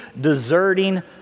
deserting